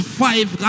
five